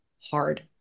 hard